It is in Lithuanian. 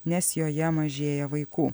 nes joje mažėja vaikų